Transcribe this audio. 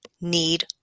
need